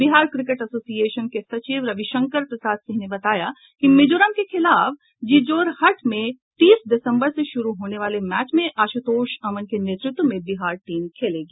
Bihar cricket association के सचिव रविशंकर प्रसाद सिंह ने बताया कि मिजोरम के खिलाफ जीजोरहट में तीस दिसम्बर से शुरू होने वाले मैच में आशुतोष अमन के नेतृत्व में बिहार टीम खेलेगी